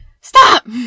stop